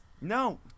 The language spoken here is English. No